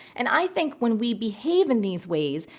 and i think when we behave in these ways,